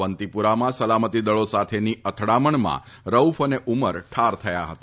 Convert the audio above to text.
અવંતીપોરામાં સલામતીદળો સાથેની અથડામણમાં રઉફ અને ઉમર ઠાર થયા હતા